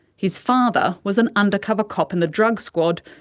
his father was an undercover cop in the drug squad,